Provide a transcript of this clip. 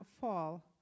fall